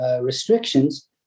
restrictions